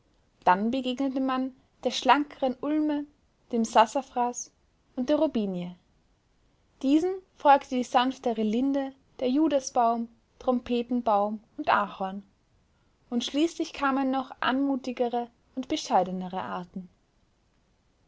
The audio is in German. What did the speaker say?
dann begegnete man der schlankeren ulme dem sassafras und der robinie diesen folgte die sanftere linde der judasbaum trompetenbaum und ahorn und schließlich kamen noch anmutigere und bescheidenere arten